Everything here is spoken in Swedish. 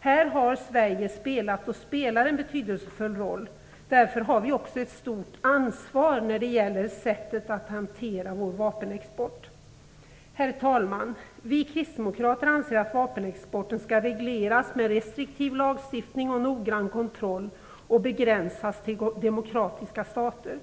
Här har Sverige spelat och spelar en betydelsefull roll. Därför har vi också ett stort ansvar när det gäller sättet att hantera vår vapenexport. Herr talman! Vi kristdemokrater anser att vapenexporten skall regleras med restriktiv lagstiftning och noggrann kontroll och begränsas till demokratiska stater.